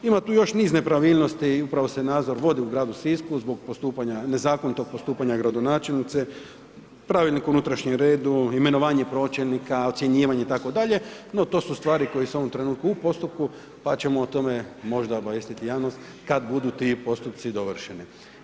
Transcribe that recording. Ima tu još niz nepravilnosti upravo se nadzor vodi u gradu Sisku zbog postupanja, nezakonitog postupanja gradonačelnice, pravilnik o unutrašnjem redu, imenovanje pročelnika, ocjenjivanje itd., no to su stvari koje su u ovom trenutku u postupku, pa ćemo o tome možda obavijestiti javnost kad budu ti postupci dovršeni.